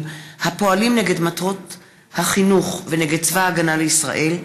הפועלים נגד מטרות החינוך ונגד צבא הגנה לישראל),